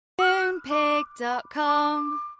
Moonpig.com